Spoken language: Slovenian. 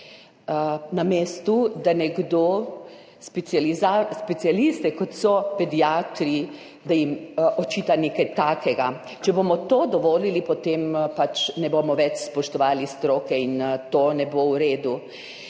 na mestu, da nekdo specialistom, kot so pediatri, očita nekaj takega. Če bomo to dovolili, potem pač ne bomo več spoštovali stroke in to ne bo v redu.